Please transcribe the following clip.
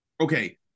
Okay